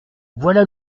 voilà